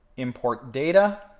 import data.